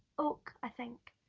oak, i think.